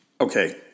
okay